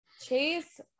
Chase